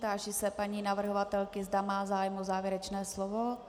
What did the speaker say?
Táži se paní navrhovatelky, zda má zájem o závěrečné slovo.